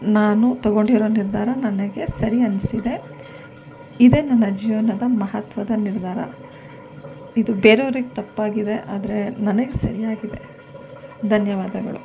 ನಾನು ತೊಗೊಂಡಿರೋ ನಿರ್ಧಾರ ನನಗೆ ಸರಿ ಅನ್ನಿಸಿದೆ ಇದೇ ನನ್ನ ಜೀವನದ ಮಹತ್ವದ ನಿರ್ಧಾರ ಇದು ಬೇರೆಯವ್ರಿಗೆ ತಪ್ಪಾಗಿದೆ ಆದರೆ ನನಗೆ ಸರಿಯಾಗಿದೆ ಧನ್ಯವಾದಗಳು